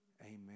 Amen